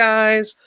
Guys